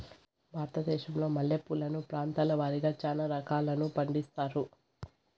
భారతదేశంలో మల్లె పూలను ప్రాంతాల వారిగా చానా రకాలను పండిస్తారు